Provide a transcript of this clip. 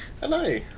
Hello